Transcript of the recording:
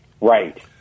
Right